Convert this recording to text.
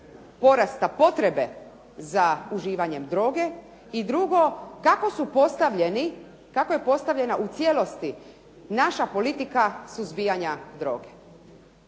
porasta potrebe za uživanjem droge, i drugo kako je postavljena u cijelosti naša politika suzbijanja droge.